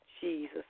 Jesus